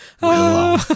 Willow